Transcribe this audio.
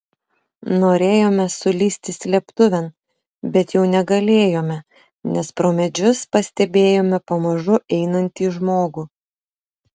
norėjome sulįsti slėptuvėn bet jau negalėjome nes pro medžius pastebėjome pamažu einantį žmogų